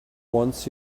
wants